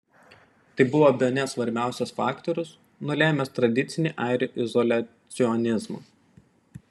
tai buvo bene svarbiausias faktorius nulėmęs tradicinį airių izoliacionizmą